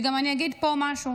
וגם אני אגיד פה משהו: